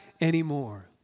anymore